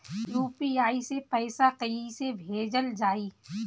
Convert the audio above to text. UPI से पैसा कइसे भेजल जाई?